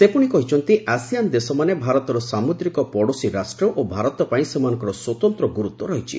ସେ ପୁଣି କହିଛନ୍ତି ଆସିଆନ୍ ଦେଶମାନେ ଭାରତର ସାମୁଦ୍ରିକ ପଡ଼ୋଶୀ ରାଷ୍ଟ୍ର ଓ ଭାରତ ପାଇଁ ସେମାନଙ୍କର ସ୍ୱତନ୍ତ୍ର ଗୁରୁତ୍ୱ ରହିଛି